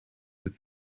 with